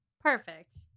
Perfect